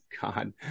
God